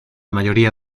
mayoría